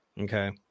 Okay